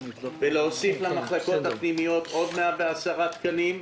ולהוסיף למחלקות הפנימיות עוד 110 תקנים.